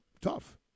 tough